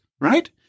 right